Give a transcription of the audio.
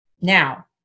Now